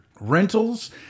rentals